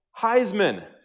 Heisman